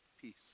Peace